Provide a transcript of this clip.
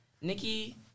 Nikki